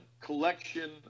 collection